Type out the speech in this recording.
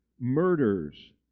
murders